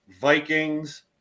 Vikings